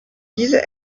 diese